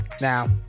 Now